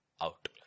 out